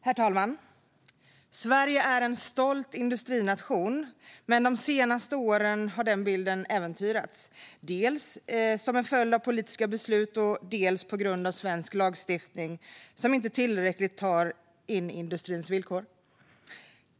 Herr talman! Sverige är en stolt industrination. Men de senaste åren har bilden äventyrats, dels som en följd av politiska beslut, dels på grund av svensk lagstiftning som inte tillräckligt tar in industrins villkor.